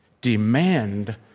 demand